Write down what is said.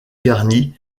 garni